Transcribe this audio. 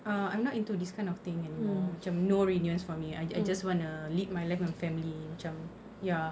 err I'm not into this kind of thing anymore macam no reunions for me I I just wanna lead and love my own family macam ya